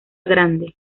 grande